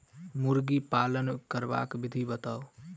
मुर्गी पालन करबाक विधि बताऊ?